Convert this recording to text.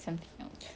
something else